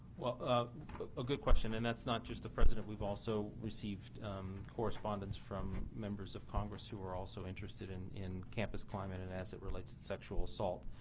ah a good question and that's not just the president. we've also received correspondence from members of congress who are also interested in in campus climate and as it relates to and sexual assault.